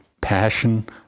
passion